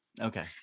Okay